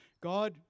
God